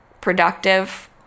productive